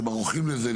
שהם ערוכים לזה,